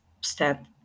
step